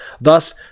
thus